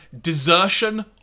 desertion